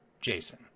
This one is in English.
Jason